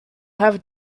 have